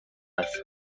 است